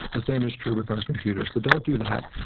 the same is true with our computers. so don't do that.